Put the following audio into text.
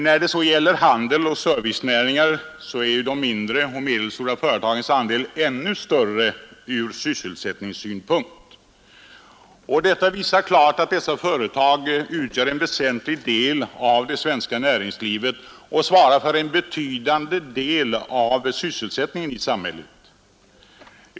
När det så gäller handel och servicenäringar är de mindre och medelstora företagens andel ännu större ur sysselsättningssynpunkt. Detta visar klart att dessa företag utgör en väsentlig del av det svenska näringslivet och svarar för en betydande del av sysselsättningen i samhället.